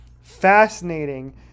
fascinating